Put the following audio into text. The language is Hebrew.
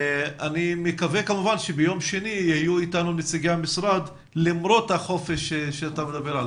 אני מקווה שביום שני יהיו איתנו נציגי המשרד למרות החופש עליו אתה מדבר.